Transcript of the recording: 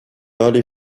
early